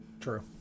True